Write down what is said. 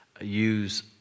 use